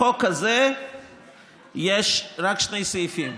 בחוק הזה יש רק שני סעיפים,